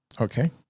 Okay